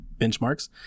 benchmarks